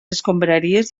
escombraries